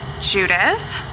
Judith